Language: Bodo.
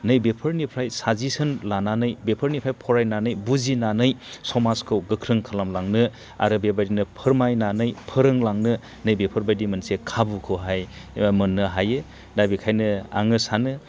नै बेफोरनिफ्राय साजिसन लानानै बेफोरनिफ्राय फरायनानै बुजिनानै समाजखौ गोख्रों खालामलांनो आरो बेबादिनो फोरमायनानै फोरोंलांनो नै बेफोरबायदि मोनसे खाबुखौहाय एबा मोननो हायो दा बेखायनो आङो सानो